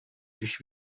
sich